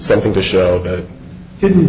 something to show hidden